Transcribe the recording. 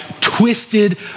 twisted